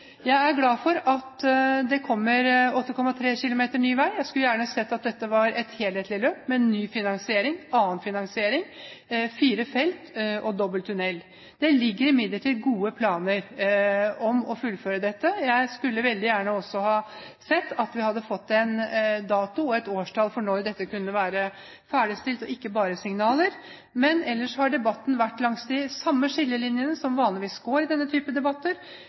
Jeg er glad for at det kommer 8,3 km ny vei. Jeg skulle gjerne sett at dette var et helhetlig løp – med ny finansiering, annen finansiering – med fire felt og dobbel tunnel. Det ligger imidlertid gode planer om å fullføre dette. Jeg skulle også veldig gjerne sett at vi hadde fått en dato og et årstall for når dette kunne være ferdigstilt, og ikke bare signaler. Ellers har debatten gått langs de samme skillelinjer som vanligvis går i denne type debatter